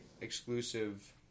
exclusive